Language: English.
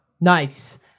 Nice